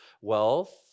wealth